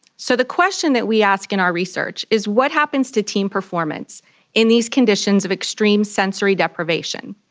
so the question that we ask in our research is what happens to team performance in these conditions of extreme sensory deprivation?